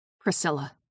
priscilla